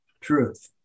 truth